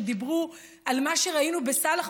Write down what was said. שדיברו על מה שראינו ב"סאלח,